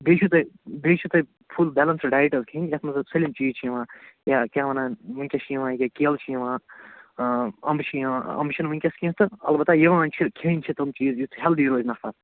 بیٚیہِ چھُو تۄہہِ بیٚیہِ چھُ تۄہہِ فُل بیلَنسٕڈ ڈایِٹ حظ کھیٚنۍ یَتھ منٛز حظ سٲلِم چیٖز چھِ یِوان یا کیٛاہ وَنان وٕنۍکٮ۪س چھِ یِوان ییٚکیٛاہ کیلہٕ چھِ یِوان اَمبہٕ چھِ یِوان اَمبہٕ چھَنہٕ وٕنۍکٮ۪س کیٚنٛہہ تہٕ البیہ یِوان چھِ کھیٚنۍ چھِ تِم چیٖز یُتھ ہٮ۪لدی روزِ نفر